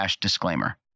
disclaimer